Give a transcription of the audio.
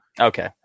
Okay